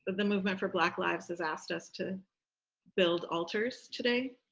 the movement for black lives has asked us to build altars today.